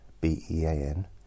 B-E-A-N